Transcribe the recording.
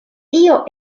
tio